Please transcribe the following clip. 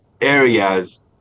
areas